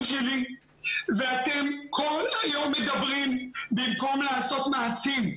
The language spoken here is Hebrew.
שלי ואתם כל היום מדברים במקום לעשות מעשים.